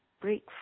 break